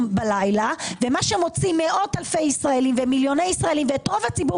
הלילה ומה שמוציא מיליוני ישראלים ואת רוב הציבור